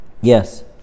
Yes